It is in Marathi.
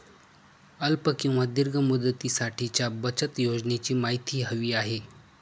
अल्प किंवा दीर्घ मुदतीसाठीच्या बचत योजनेची माहिती हवी आहे